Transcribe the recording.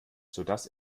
sodass